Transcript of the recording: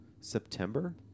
September